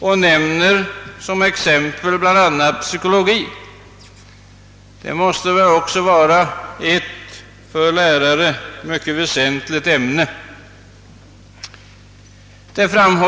Man nämner som ett exempel ämnet psykologi, och detta är ju ett mycket väsentligt ämne för lärare.